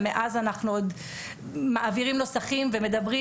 ומאז אנחנו עוד מעבירים נוסחים ומדברים,